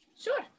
Sure